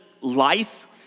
life